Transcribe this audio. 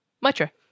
Mitra